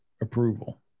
approval